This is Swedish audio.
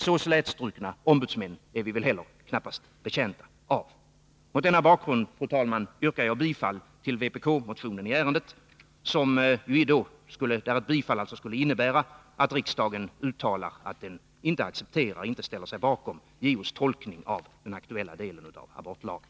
Så slätstrukna ombudsmän är vi väl heller knappast betjänta av. Mot denna bakgrund, fru talman, yrkar jag bifall till vpk-motionen i ärendet. Ett bifall till den innebär att riksdagen uttalar att den inte accepterar och inte ställer sig bakom JO:s tolkning av den aktuella delen av abortlagen.